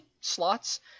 slots